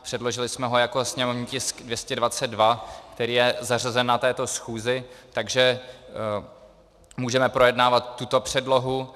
Předložili jsme ho jako sněmovní tisk 222, který je zařazen na této schůzi, takže můžeme projednávat tuto předlohu.